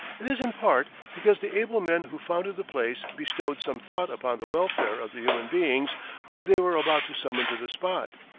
it is in part because the able men who founded the place bestowed some thought upon the welfare of the human beings whom they were about to summon to the spot.